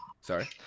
Sorry